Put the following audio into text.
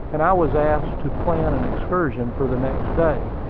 and i was asked to plan an excursion for the next day.